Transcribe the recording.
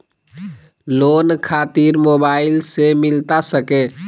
Loan खातिर mobile से मिलता सके?